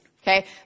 okay